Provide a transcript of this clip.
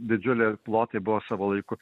didžiuliai plotai buvo savo laiku